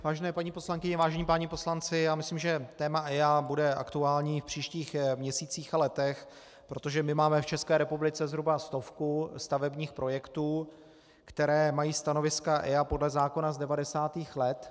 Vážené paní poslankyně, vážení páni poslanci, myslím, že téma EIA bude aktuální i v příštích měsících a letech, protože my máme v České republice zhruba stovku stavebních projektů, které mají stanoviska EIA podle zákona z 90. let.